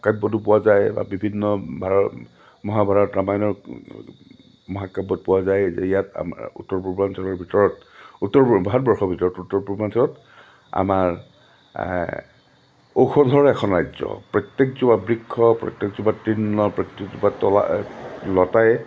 কাব্যতো পোৱা যায় বা বিভিন্ন ভাৰ মহাভাৰত ৰামায়ণৰ মহাকাব্যত পোৱা যায় যে ইয়াত আমাৰ উত্তৰ পূৰ্বাঞ্চলৰ ভিতৰত উত্তৰ পূব ভাৰতবৰ্ষৰ ভিতৰত উত্তৰ পূৰ্বাঞ্চলত আমাৰ ঔষধৰ এখন ৰাজ্য প্ৰত্যেকজোপা বৃক্ষ প্ৰত্যেকজোপা তৃণ প্ৰত্যেকজোপাত তলা লতাই